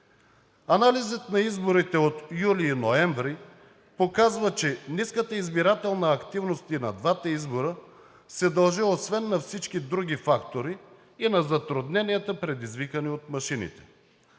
Анализът на изборите от юли и ноември показва, че ниската избирателна активност и на двата избора се дължи освен на всички други фактори и на затрудненията, предизвикани от машините.